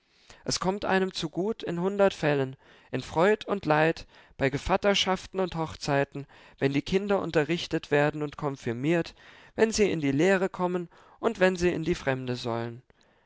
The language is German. es kommt einem zugut in hundert fällen in freud und leid bei gevatterschaften und hochzeiten wenn die kinder unterrichtet werden und konfirmiert wenn sie in die lehre kommen und wenn sie in die fremde sollen